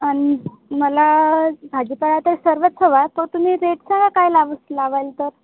आणि मला भाजीपाला तर सर्वच हवा तो तुम्ही रेट सांगा काय लाव लावाल तर